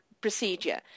procedure